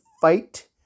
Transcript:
fight